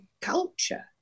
culture